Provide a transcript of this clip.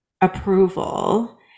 approval